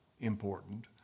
important